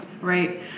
Right